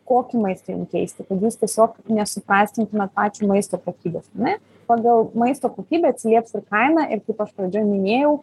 kokį maistą jum keisti kad jūs tiesiog nesuprastintumėt pačio maisto kokybės ar ne pagal maisto kokybę atsilieps ir kaina ir kaip aš pradžioj minėjau